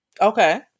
Okay